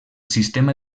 sistema